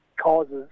causes